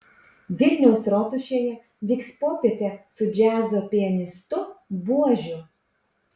vilniaus rotušėje vyks popietė su džiazo pianistu buožiu